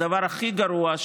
הדבר הכי גרוע,